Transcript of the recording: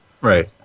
Right